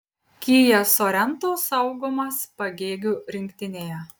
kia sorento saugomas pagėgių rinktinėje